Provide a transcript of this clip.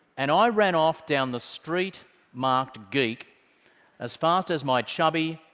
and i ran off down the street marked geek as fast as my chubby,